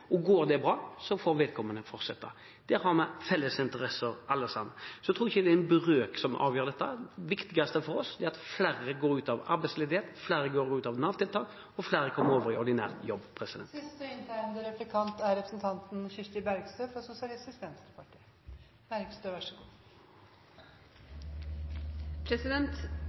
og går det bra, får vedkommende fortsette. Der har vi alle sammen en felles interesse. Jeg tror ikke det er en brøk som avgjør dette. Det viktigste for oss er at flere går ut av arbeidsledighet, at flere går ut av Nav-tiltak, og at flere kommer over i ordinær jobb.